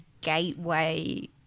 gateway